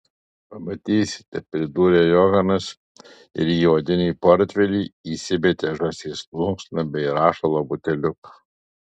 pamatysite pridūrė johanas ir į odinį portfelį įsimetė žąsies plunksną bei rašalo buteliuką